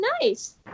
nice